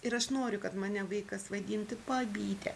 ir aš noriu kad mane vaikas vadintų babyte